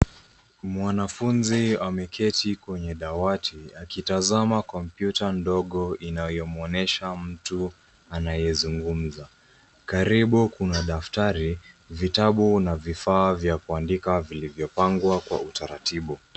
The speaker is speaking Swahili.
Mwanafunzi ameketi kwenye dawati akitazama kompyuta ndogo inayomwonyesha mtu anayezungumza. Karibu kuna daftari, vitabu na vifaa vya kuandika vilivyopangwa kwa utaratibu.